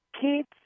Kids